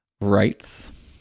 Rights